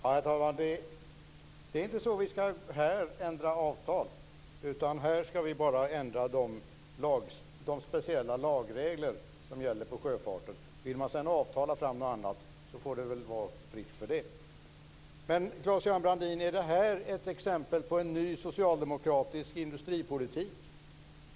Herr talman! Det är inte så att vi här i riksdagen skall ändra avtal. Här skall vi bara ändra de speciella lagregler som gäller för sjöfarten. Vill man sedan avtala något annat är det fritt för det. Är detta ett exempel på en ny socialdemokratisk industripolitik, Claes-Göran Brandin?